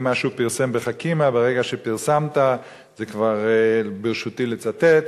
במה שהוא פרסם ב"חכימא" ברגע שפרסמת זה כבר ברשותי לצטט,